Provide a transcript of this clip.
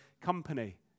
company